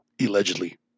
allegedly